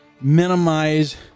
minimize